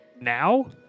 Now